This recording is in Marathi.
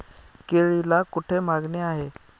केळीला कोठे मागणी आहे?